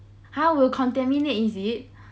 !huh! will contaminate is it